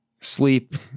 sleep